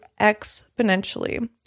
exponentially